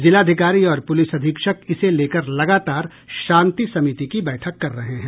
जिलाधिकारियों और पुलिस अधीक्षक इसे लेकर लगातार शांति समिति की बैठक कर रहे हैं